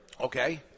Okay